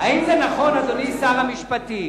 אדוני שר המשפטים,